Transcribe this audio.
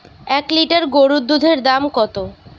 এক লিটার গোরুর দুধের দাম কত?